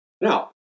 Now